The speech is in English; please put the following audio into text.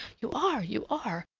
you are, you are!